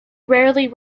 rarely